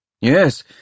Yes